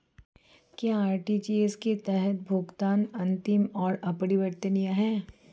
क्या आर.टी.जी.एस के तहत भुगतान अंतिम और अपरिवर्तनीय है?